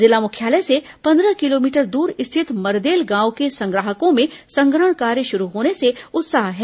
जिला मुख्यालय से पन्द्रह किलोमीटर दूर स्थित मरदेल गांव के संग्राहकों में संग्रहण कार्य शुरू होने से उत्साह है